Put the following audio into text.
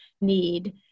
need